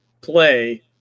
Play